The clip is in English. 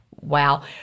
Wow